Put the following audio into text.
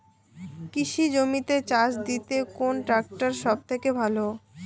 কৃষি জমিতে চাষ দিতে কোন ট্রাক্টর সবথেকে ভালো?